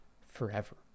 forever